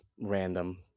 random